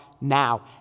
now